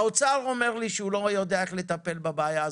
האוצר אומר לי שהוא לא יודע איך לטפל בבעיה.